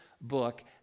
book